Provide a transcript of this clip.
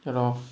ya lor